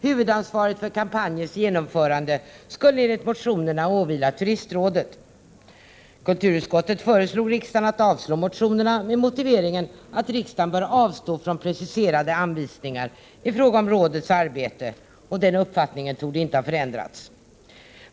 Huvudansvaret för kampanjens genomförande skulle enligt motionerna åvila turistrådet. Kulturutskottet föreslog riksdagen att avslå motionerna, med motiveringen att riksdagen bör avstå från preciserade anvisningar i fråga om rådets arbete, och den uppfattningen torde inte ha förändrats.